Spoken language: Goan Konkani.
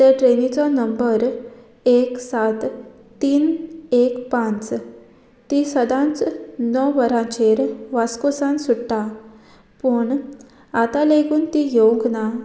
त्या ट्रेनीचो नंबर एक सात तीन एक पांच ती सदांच णव वरांचेर वास्कुसान सुट्टा पूण आतां लेगून ती येवंक ना